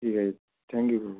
ঠিক আছে thank you কাকু